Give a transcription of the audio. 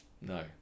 No